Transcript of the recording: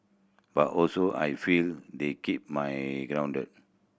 but also I feel they keep my grounded